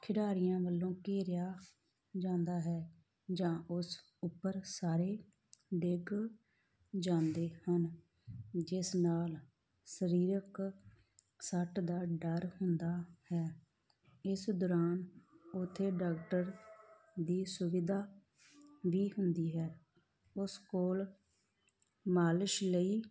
ਖਿਡਾਰੀਆਂ ਵੱਲੋਂ ਘੇਰਿਆ ਜਾਂਦਾ ਹੈ ਜਾਂ ਉਸ ਉੱਪਰ ਸਾਰੇ ਡਿੱਗ ਜਾਂਦੇ ਹਨ ਜਿਸ ਨਾਲ ਸਰੀਰਕ ਸੱਟ ਦਾ ਡਰ ਹੁੰਦਾ ਹੈ ਇਸ ਦੌਰਾਨ ਉੱਥੇ ਡਾਕਟਰ ਦੀ ਸੁਵਿਧਾ ਵੀ ਹੁੰਦੀ ਹੈ ਉਸ ਕੋਲ ਮਾਲਸ਼ ਲਈ